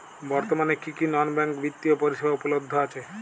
বর্তমানে কী কী নন ব্যাঙ্ক বিত্তীয় পরিষেবা উপলব্ধ আছে?